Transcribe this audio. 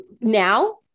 now